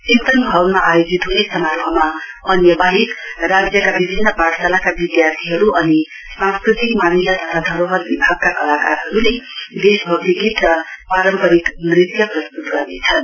चिन्तन भवनमा आयोजत हुने समारोहमा अन्य वाहेक राज्यका विभिन्न पाठशालाका विद्यार्थीहरू अनि सांस्कृतिक मामिला तथा धरोहर विभागका कलाकारहरूले देशभक्ति गीत र पारम्परिक नृत्य प्रस्तुत गर्नेछन्